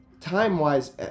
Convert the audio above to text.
time-wise